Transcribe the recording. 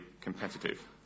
competitive